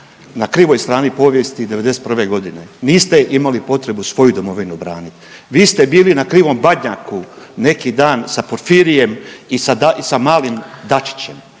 na krivoj strani povijesti '91. g., niste imali potrebu svoju domovinu braniti. Vi ste bili na krivom Badnjaku neki dan sa Porfirijem i sa malim Dačićem,